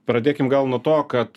pradėkim gal nuo to kad